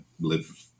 live